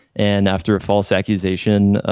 and after a false accusation,